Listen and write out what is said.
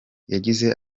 yagize